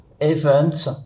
events